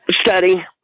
study